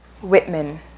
Whitman